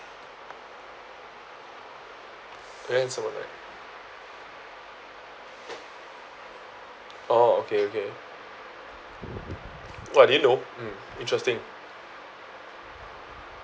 very handsome [one] right orh okay okay !wah! I didn't know mm interesting